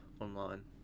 online